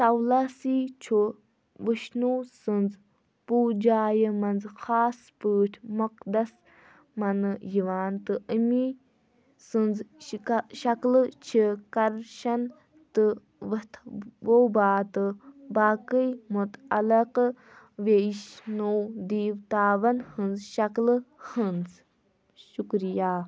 ٹاولاسی چھُ وِشنوٗ سٕنٛز پوٗجایہِ منٛز خاص پٲٹھۍ مۄقدَس منٛنہٕ یِوان تہٕ أمی سٕنٛز شَکلہٕ چھِ کَرشَن تہٕ وَتھ ووباتہٕ باقٕے مُتعلَقہٕ ویشنوٗ دیٖوتاوَن ہٕنٛز شَکلہٕ ہٕنٛز شُکریہ